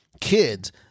kids